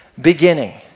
beginning